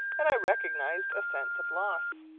and i recognized a sense of loss.